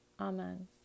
Amen